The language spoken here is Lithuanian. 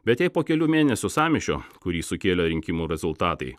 bet jei po kelių mėnesių sąmyšio kurį sukėlė rinkimų rezultatai